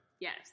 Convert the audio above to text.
Yes